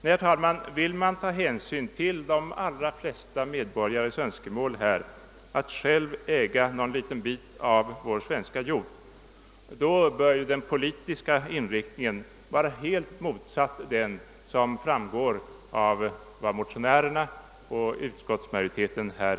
Nej, vill man ta hänsyn till de flesta medborgarnas önskemål att själva äga någon liten bit av vår svenska jord bör den politiska inriktningen vara helt motsatt den som motionärerna och utskottsmajoriteten har.